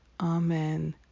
Amen